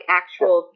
actual